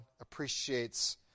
appreciates